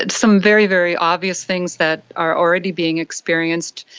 some very, very obvious things that are already being experienced,